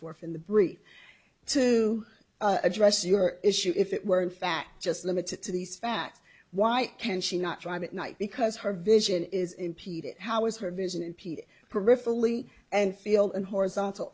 forth in the brief to address your issue if it were in fact just limited to these facts why can she not drive at night because her vision is impeded how is her vision impede peripherally and feel and horizontal